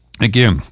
Again